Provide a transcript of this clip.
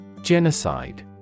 Genocide